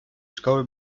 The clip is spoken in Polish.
szkoły